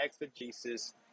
exegesis